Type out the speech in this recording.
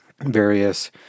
various